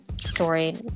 story